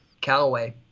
Callaway